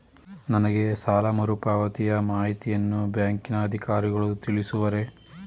ನನಗೆ ಸಾಲ ಮರುಪಾವತಿಯ ಮಾಹಿತಿಯನ್ನು ಬ್ಯಾಂಕಿನ ಅಧಿಕಾರಿಗಳು ತಿಳಿಸುವರೇ?